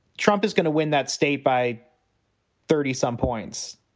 trump is going to win that state by thirty some points.